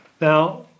Now